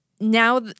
Now